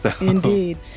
Indeed